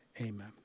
amen